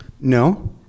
No